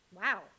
Wow